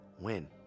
win